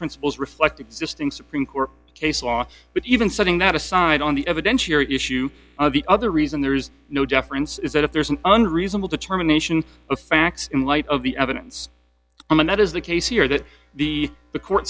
principles reflect existing supreme court case law but even setting that aside on the evidence here issue on the other reason there is no deference is that if there is an unreasonable determination of facts in light of the evidence on that is the case here that the the court